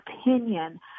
opinion